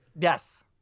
Yes